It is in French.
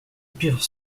purs